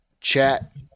chat